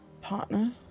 partner